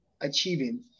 achieving